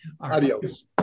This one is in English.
Adios